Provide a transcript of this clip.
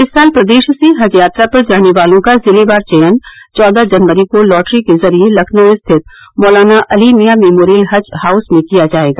इस साल प्रदेश से हज यात्रा पर जाने वालों का ज़िलेवार चयन चौदह जनवरी को लॉटरी के ज़रिये लखनऊ स्थित मौलाना अली मियां मेमोरियल हज हाउस में किया जायेगा